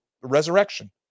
resurrection